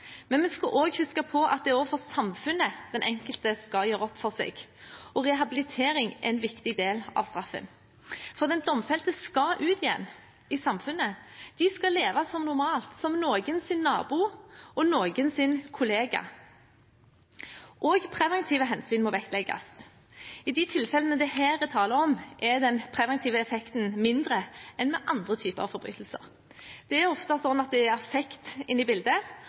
Men vi skal huske på at det er overfor samfunnet den enkelte skal gjøre opp for seg, og rehabilitering er en viktig del av straffen. Den domfelte skal ut igjen i samfunnet og leve som normalt, som noens nabo og noens kollega. Preventive hensyn må vektlegges. I de tilfellene det her er tale om, er den preventive effekten mindre enn ved andre typer forbrytelser. Det er ofte sånn at det er affekt inne i bildet,